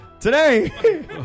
Today